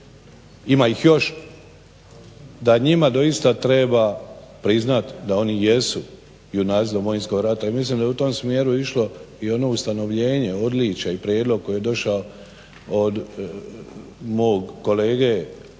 ima ih još da njima doista treba priznati da oni jesu junaci Domovinskog rata i mislim daje u tom smjeru išlo i ono ustanovljenje i odličja i prijedlog koji je došao od mog kolege